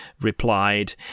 replied